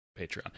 patreon